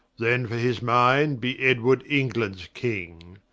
then for his minde, be edward englands king,